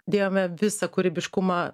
dėjome visą kūrybiškumą